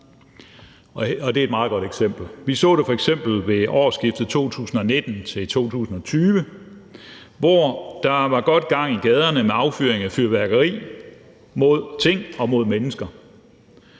det er et meget godt eksempel – ved årsskiftet 2019/20, hvor der var godt gang i gaderne med affyring af fyrværkeri mod ting og mennesker.